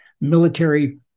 military